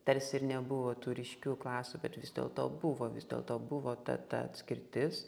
tarsi ir nebuvo tų ryškių klasių bet vis dėlto buvo vis dėlto buvo ta ta atskirtis